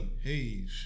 hey